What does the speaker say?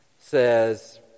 says